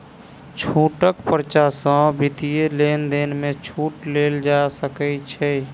छूटक पर्चा सॅ वित्तीय लेन देन में छूट लेल जा सकै छै